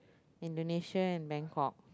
Indonesia and Bangkok